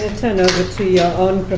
turn over to your own